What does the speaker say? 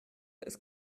ist